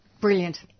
Brilliant